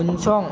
उनसं